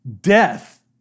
death